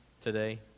today